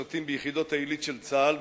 משרתים ביחידות העילית של צה"ל.